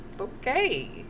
okay